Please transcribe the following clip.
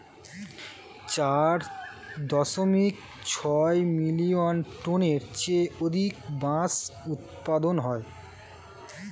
চার দশমিক ছয় মিলিয়ন টনের চেয়ে অধিক বাঁশ উৎপাদন হয়